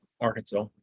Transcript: Arkansas